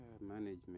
management